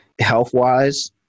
health-wise